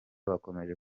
bakomeje